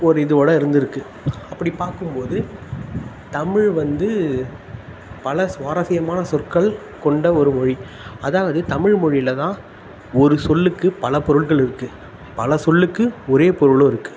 ஓர் இதுவோடய இருந்திருக்குது அப்படி பார்க்கும் போது தமிழ் வந்து பல சுவாரஸ்யமான சொற்கள் கொண்ட ஒரு மொழி அதாவது தமிழ் மொழியில் தான் ஒரு சொல்லுக்கு பல பொருட்கள் இருக்குது பல சொல்லுக்கு ஒரே பொருளும் இருக்குது